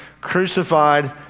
crucified